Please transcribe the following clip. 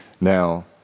Now